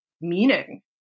meaning